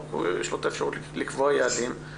יש לו את האפשרות בחוק לקבוע יעדים,